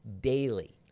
daily